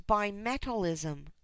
bimetallism